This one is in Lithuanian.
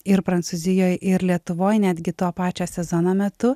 ir prancūzijoj ir lietuvoj netgi to pačio sezono metu